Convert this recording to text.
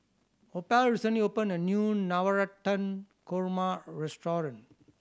Opal recently opened a new Navratan Korma restaurant